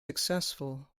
successful